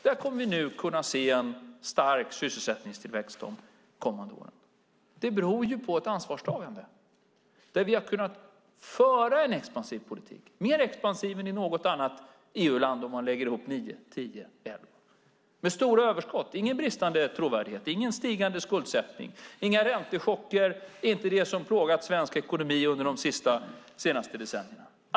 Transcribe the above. Där kommer vi nu att kunna se en stark sysselsättningstillväxt de kommande åren. Detta beror på ett ansvarstagande där vi har kunnat föra en mer expansiv politik än i något annat EU-land om man lägger ihop 2009, 2010 och 2011. Det har varit en politik med stora överskott, ingen bristande trovärdighet, ingen stigande skuldsättning, inga räntechocker - inget av det som plågat svensk ekonomi under de senaste decennierna.